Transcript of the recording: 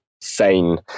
sane